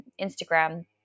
Instagram